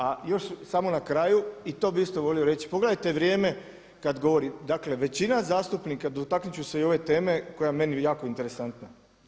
A još samo na kraju, i to bih isto volio reći, pogledajte vrijeme kada govorim, dakle većina zastupnika, dotaknuti ću se i ove teme koja je meni jako interesantna.